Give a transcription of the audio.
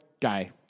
guy